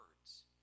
words